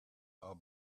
are